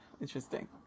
Interesting